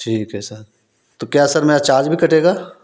ठीक है सर तो क्या सर मेरा चार्ज भी कटेगा